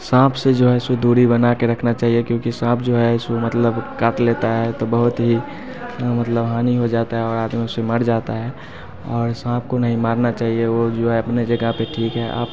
साँप से जो है सो दूरी बना के रखना चाहिए क्योंकि साँप जो है सो मतलब काट लेता है तो बहुत ही मतलब हानि हो जाता है और आदमी उससे मर जाता है और साँप को नहीं मारना चाहिए वो जो है अपने जगह पे ठीक है आप